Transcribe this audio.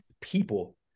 people